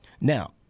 Now